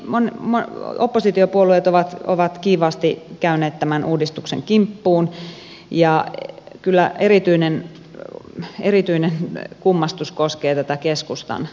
sitten täällä oppositiopuolueet ovat kiivaasti käyneet tämän uudistuksen kimppuun ja kyllä erityinen kummastus koskee tätä keskustan linjaa